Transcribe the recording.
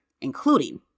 including